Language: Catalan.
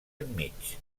enmig